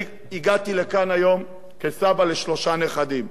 אני הגעתי לכאן היום כסבא לשלושה נכדים,